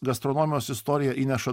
gastronomijos istorija įneša